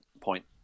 point